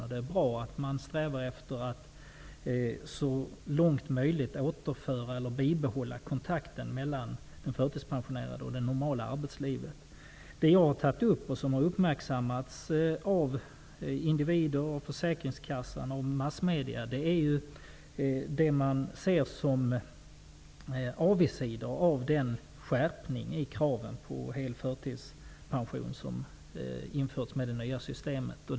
Det är också bra att man strävar efter att kontakten mellan den förtidspensionerade och det normala arbetslivet så långt som möjligt bibehålls. Det jag har tagit upp, och detta har uppmärksammats av enskilda individer, försäkringskassan och massmedierna, är det som framstår som avigsidor av den skärpning av kraven på hel förtidspension som införts med det nya systemet.